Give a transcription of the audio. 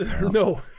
no